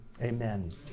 amen